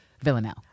Villanelle